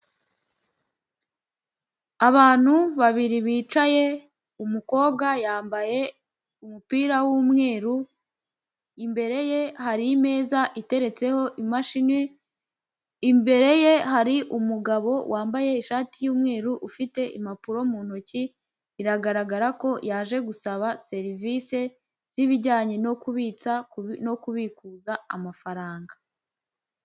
Abantu babiri bicaye umukobwa yambaye umupira w'umweru imbere ye hari imeza iteretseho imashini, imbere ye hari umugabo wambaye ishati y'umweru ufite impapuro mu ntoki biragaragara ko yaje gusaba serivise zibijyanye no kubitsa no kubikuza amafaranga.